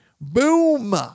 Boom